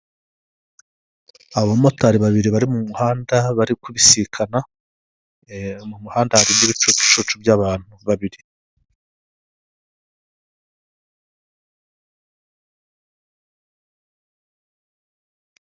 Abamotari babiri bari mu muhanda bari kubisika, ee mu muhanda harimo ibicucucucu by'abantu babiri.